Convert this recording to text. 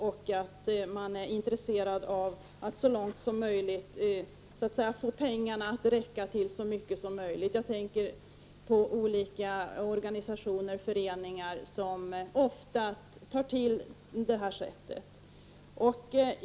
Organisationer och föreningar tar ofta till det sättet för att så att säga få pengarna att räcka till så mycket som möjligt.